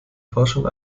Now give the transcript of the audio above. forschung